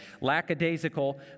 Lackadaisical